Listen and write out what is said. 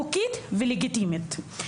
חוקית ולגיטימית.